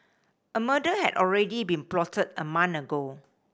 a murder had already been plotted a month ago